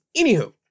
Anywho